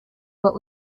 but